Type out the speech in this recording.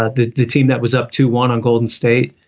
ah the the team that was up to one on golden state.